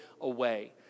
away